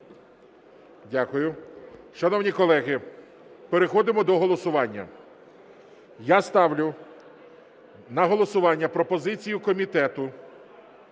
Дякую. Шановні колеги, переходимо до голосування. Я ставлю на голосування пропозицію комітету